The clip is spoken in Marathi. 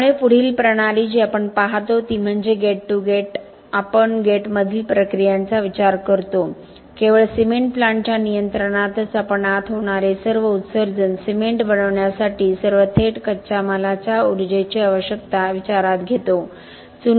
त्यामुळे पुढील प्रणाली जी आपण पाहतो ती म्हणजे गेट टू गेट म्हणजे आपण गेटमधील प्रक्रियांचा विचार करतो केवळ सिमेंट प्लांटच्या नियंत्रणातच आपण आत होणारे सर्व उत्सर्जन सिमेंट बनवण्यासाठी सर्व थेट कच्च्या मालाच्या ऊर्जेची आवश्यकता विचारात घेतो